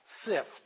SIFT